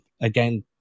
again